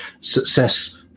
success